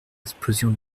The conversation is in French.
explosion